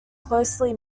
closely